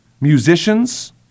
musicians